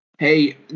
Hey